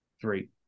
Three